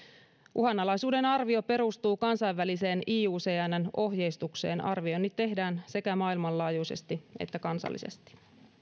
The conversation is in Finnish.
uhanalaisuuden arvio perustuu kansainväliseen iucnn ohjeistukseen arvioinnit tehdään sekä maailmanlaajuisesti että kansallisesti